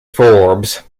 forbes